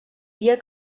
dia